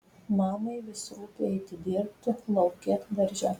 mamai vis rūpi eiti dirbti lauke darže